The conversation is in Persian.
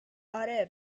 اره